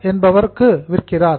Bharat என்பவருக்கு விற்கிறார்